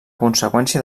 conseqüència